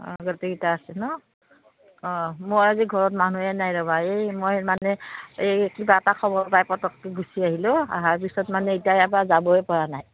অঁ গোটেইকেইটা আছে ন অঁ মই আজি ঘৰত মানুহে নাই ৰ'বা এই মই মানে এই কিবা এটা খবৰ পাই পটককৈ গুচি আহিলোঁ অহাৰ পিছত মানে এতিয়া এবাৰ যাবই পৰা নাই